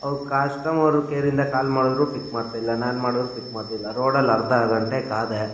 ಅವ್ರು ಕಾಸ್ಟಮರು ಕೇರಿಂದ ಕಾಲ್ ಮಾಡಿದ್ರೂ ಪಿಕ್ ಮಾಡ್ತಿಲ್ಲ ನಾನು ಮಾಡಿದ್ರೂ ಪಿಕ್ ಮಾಡ್ತಿಲ್ಲ ರೋಡಲ್ಲಿ ಅರ್ಧ ಗಂಟೆ ಕಾದೆ